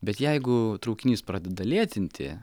bet jeigu traukinys pradeda lėtinti